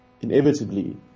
inevitably